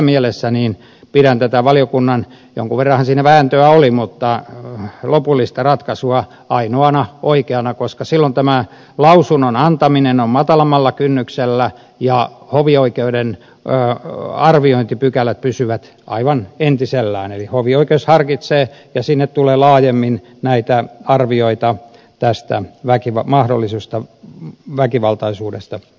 jonkun verranhan siinä vääntöä oli mutta tässä mielessä pidän tätä valiokunnan lopullista ratkaisua ainoana oikeana koska silloin lausunnon antaminen on matalammalla kynnyksellä ja hovi oikeuden arviointipykälät pysyvät aivan entisellään eli hovioikeus harkitsee ja sinne tulee laajemmin näitä arvioita mahdollisesta väkivaltaisuudesta